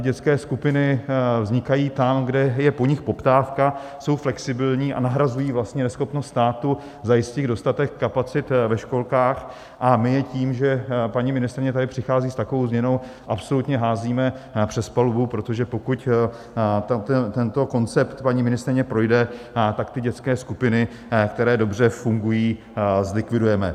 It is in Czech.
Dětské skupiny vznikají tam, kde je po nich poptávka, jsou flexibilní a nahrazují vlastně neschopnost státu zajistit dostatek kapacit ve školkách, a my je tím, že paní ministryně tady přichází s takovou změnou, absolutně házíme přes palubu, protože pokud tento koncept paní ministryně projde, tak dětské skupiny, které dobře fungují, zlikvidujeme.